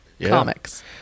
comics